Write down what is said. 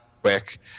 quick